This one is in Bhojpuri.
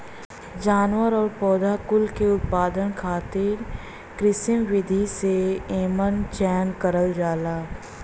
जानवर आउर पौधा कुल के उत्पादन खातिर कृत्रिम विधि से एमन चयन करल जाला